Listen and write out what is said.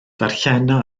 darllena